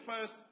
first